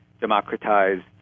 democratized